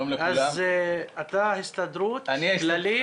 אתה הסתדרות כללית?